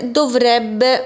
dovrebbe